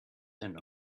than